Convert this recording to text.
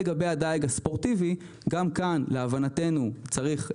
לגבי הדיג הספורטיבי גם כאן להבנתנו צריך,